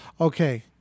Okay